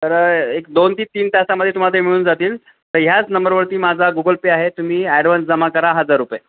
तर एक दोन ते तीन तासामध्ये तुम्हाला ते मिळून जातील तर ह्याच नंबरवरती माझा गुगल पे आहे तुम्ही ॲडव्हान्स जमा करा हजार रुपये